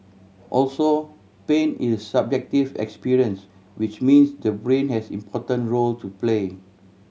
also pain is subjective experience which means the brain has important role to play